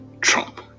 Trump